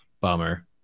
Bummer